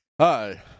Hi